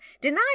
deny